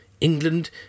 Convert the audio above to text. England